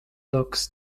looks